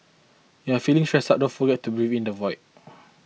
you are feeling stressed out don't forget to breathe in the void